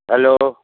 hello